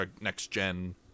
next-gen